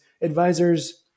advisors